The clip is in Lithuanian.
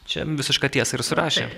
čia visišką tiesą ir surašė